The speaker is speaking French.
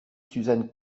suzanne